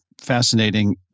fascinating